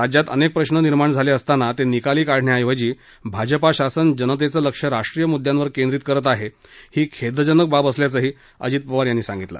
राज्यात अनेक प्रश्न निर्माण झाले असताना ते निकाली काढण्याऐवजी भाजपा शासन जनतेचं लक्ष राष्ट्रीय मुद्यांवर केंद्रीत करत आहे ही खेदजनक बाब असल्याचंही अजीत पवार यांनी सांगितलं